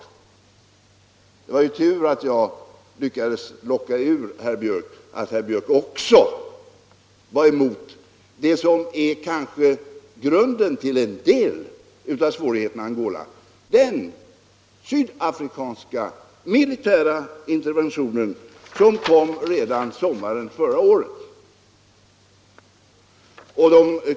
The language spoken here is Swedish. Det var ju tur att jag lyckades locka ur herr Björck att även han är motståndare till den sydafrikanska militära interventionen i Angola som kom redan under sommaren förra året och som kanske utgör grunden till en del av svårigheterna där.